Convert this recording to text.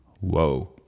whoa